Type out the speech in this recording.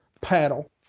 paddle